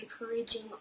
encouraging